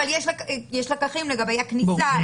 יש לקחים לגבי הכניסה,